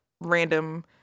random